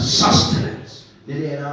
sustenance